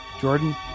Jordan